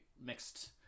mixed